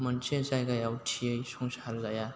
मोनसे जायगायाव थियै संसार जाया